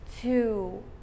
two